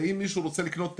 אם מישהו רוצה לקנות נכס,